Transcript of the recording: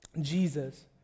Jesus